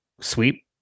sweep